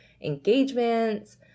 engagements